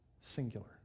singular